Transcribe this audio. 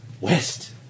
West